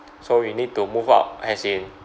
so we need to move out as in